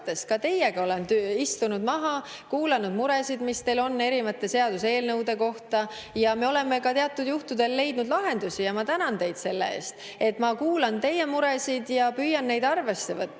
Ka teiega olen istunud koos, kuulanud muresid, mis teil on erinevate seaduseelnõude pärast. Me oleme teatud juhtudel leidnud ka lahendusi ja ma tänan teid selle eest. Ma kuulan teie muresid ja püüan neid arvesse